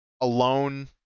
alone